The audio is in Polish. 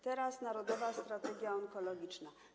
Teraz Narodowa Strategia Onkologiczna.